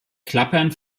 klappern